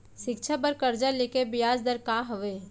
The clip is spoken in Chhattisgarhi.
शिक्षा बर कर्जा ले के बियाज दर का हवे?